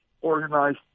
organized